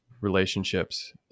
relationships